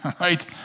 right